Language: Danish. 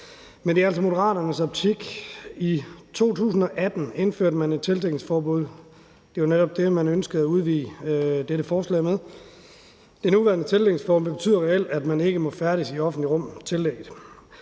men det er det altså i Moderaternes optik. I 2018 indførte man et tildækningsforbud. Det er netop det, man ønsker at udvide med dette forslag. Det nuværende tildækningsforbud betyder reelt, at man ikke må færdes i det offentlige rum tildækket.